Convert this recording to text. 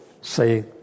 say